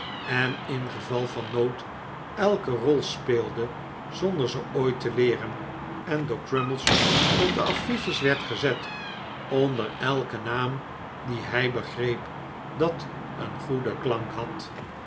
en ingeval van nood elke rol speelde zonder ze ocit te leeren en door crummies op de affiches werd gezet onder elken naam dien hij begreep dat een goeden klank had